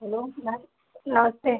hello नमस्ते